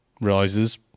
realizes